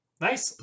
Nice